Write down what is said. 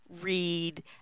read